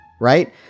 Right